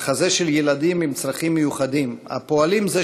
המחזה של ילדים עם צרכים מיוחדים הפועלים זה